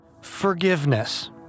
Forgiveness